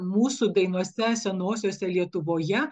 mūsų dainose senosiose lietuvoje